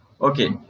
Okay